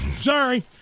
Sorry